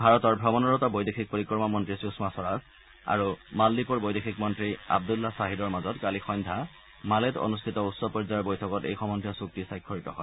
ভাৰতৰ ভ্ৰমণৰত বৈদেশিক পৰিক্ৰমা মন্ত্ৰী সূষমা স্বৰাজ আৰু মালদ্বীপৰ বৈদেশিক মন্ত্ৰী আব্দুল্লা ছাহিদৰ মাজত কালি সন্ধ্যা মালেত অনুষ্ঠিত উচ্চ পৰ্যায়ৰ বৈঠকত এই সন্বন্ধীয় চুক্তি স্বাক্ষৰিত হয়